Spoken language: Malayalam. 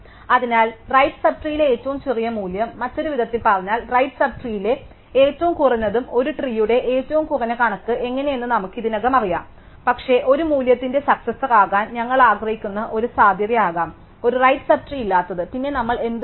അതിനാൽ റൈറ്റ് സബ് ട്രീയിലെ ഏറ്റവും ചെറിയ മൂല്യം മറ്റൊരു വിധത്തിൽ പറഞ്ഞാൽ റൈറ്റ് സബ് ട്രീയിലെ ഏറ്റവും കുറഞ്ഞതും ഒരു ട്രീയുടെ ഏറ്റവും കുറഞ്ഞ കണക്ക് എങ്ങനെയെന്ന് നമുക്ക് ഇതിനകം അറിയാം പക്ഷേ ഒരു മൂല്യത്തിന്റെ സക്സസാർ ആകാൻ ഞങ്ങൾ ആഗ്രഹിക്കുന്ന ഒരു സാധ്യതയാകാം ഒരു റൈറ്റ് സബ് ട്രീ ഇല്ലാത്തത് പിന്നെ നമ്മൾ എന്ത് ചെയ്യും